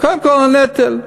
קודם כול על הנטל,